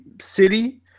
City